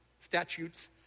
statutes